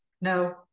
no